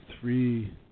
three